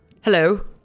Hello